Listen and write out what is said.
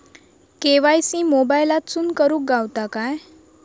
KYC मोबाईलातसून करुक गावता काय?